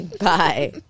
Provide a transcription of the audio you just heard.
Bye